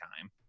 time